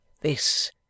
This